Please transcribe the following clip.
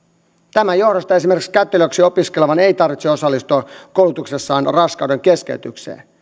tämän johdosta esimerkiksi kätilöksi opiskelevan ei tarvitse osallistua koulutuksessaan raskaudenkeskeytykseen